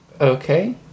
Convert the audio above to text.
Okay